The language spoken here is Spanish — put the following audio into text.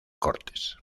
cortes